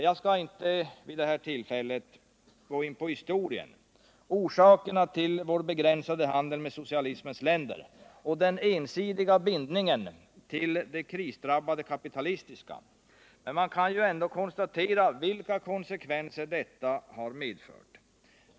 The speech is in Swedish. Jag skall inte vid det här tillfället gå in på historien, orsakerna till vår begränsade handel med socialismens länder och den ensidiga bindningen till de krisdrabbade kapitalistiska. Men man kan ju ändå konstatera vilka konsekvenser detta medfört.